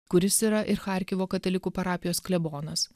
kuris yra ir charkivo katalikų parapijos klebonas